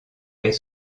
est